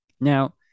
Now